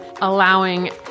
allowing